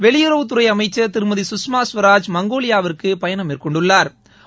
வெளியுறவுத்துறை அமைச்ச் திருமதி கஷ்மா ஸ்வராஜ் மங்கோலியாவிற்கு பயணம் மேற்கொண்டுள்ளாா்